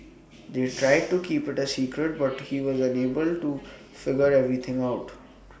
they tried to keep IT A secret but he was unable to figure everything out